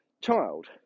child